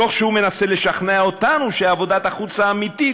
תוך שהוא מנסה לשכנע אותנו שעבודת החוץ האמיתית